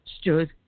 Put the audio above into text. stood